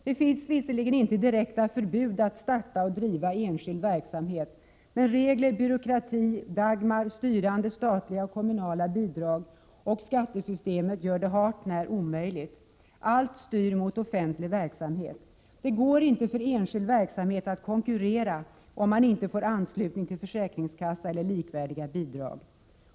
Det finns visserligen inte direkta förbud att starta och driva enskild verksamhet, men regler, byråkrati, ”Dagmar”, styrande statliga och kommunala bidrag och skattesystemet gör det hart när omöjligt. Allt styr mot offentlig verksamhet. Det går inte för enskild verksamhet att konkurrera, om man inte får anslutning till försäkringskassa eller likvärdiga bidrag.